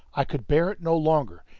i could bear it no longer.